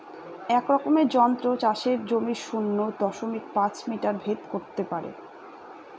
এক রকমের যন্ত্র চাষের জমির শূন্য দশমিক পাঁচ মিটার ভেদ করত পারে